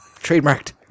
Trademarked